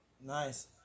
Nice